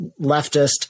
leftist